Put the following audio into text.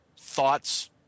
thoughts